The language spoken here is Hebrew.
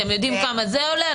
אתם יודעים כמה זה עולה?